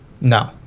No